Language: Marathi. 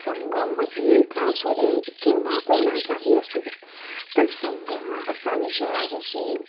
संग महिलेचा असू दे किंवा कोणाचाही असू दे तर संग हा असा विषय आहे की